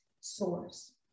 source